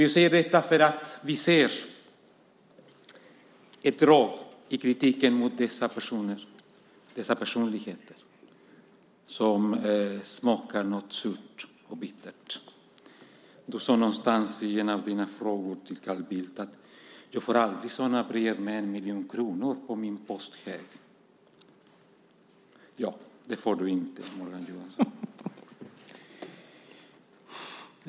Jag säger detta för att vi ser ett drag i kritiken mot dessa personer, dessa personligheter, som smakar surt och bittert. Du sade i en av dina frågor till Carl Bildt: Jag får aldrig sådana brev med 1 miljon kronor i min post. Nej, det får du inte, Morgan Johansson.